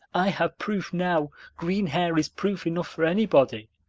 i have proof now green hair is proof enough for anybody.